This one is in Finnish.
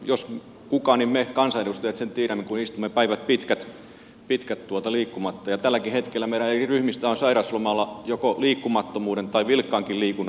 jos kuka niin me kansanedustajat sen tiedämme kun istumme päivät pitkät liikkumatta ja tälläkin hetkellä meidän ryhmistämme ollaan sairaslomalla joko liikkumattomuuden tai vilkkaankin liikunnan takia